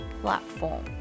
platform